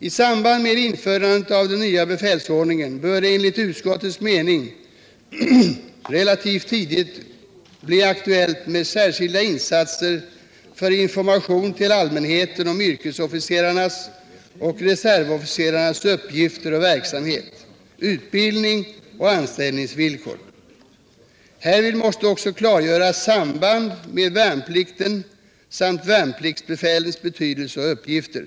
I samband med införandet av den nya befälsordningen bör det enligt utskottets mening relativt tidigt bli aktuellt med särskilda insatser för information till allmänheten om yrkesofficerares och reservofficerares uppgifter och verksamhet, utbildning och anställningsvillkor. Härvid måste också klargöras sambandet med värnplikten samt värnpliktsbefälens betydelse och uppgifter.